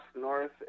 north